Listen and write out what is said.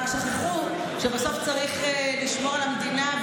רק שכחו שבסוף צריך לשמור על המדינה,